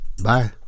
Bye